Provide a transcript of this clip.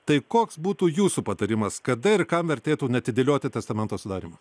tai koks būtų jūsų patarimas kada ir kam vertėtų neatidėlioti testamento sudarymo